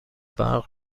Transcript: برق